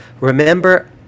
remember